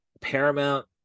Paramount